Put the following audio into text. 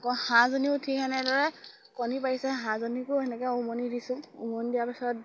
আকৌ হাঁহজনীও ঠিক সেনেদৰে কণী পাৰিছে হাঁহজনীকো সেনেকে উমনি দিছোঁ উমনি দিয়াৰ পিছত